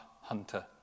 hunter